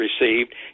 received